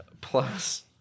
plus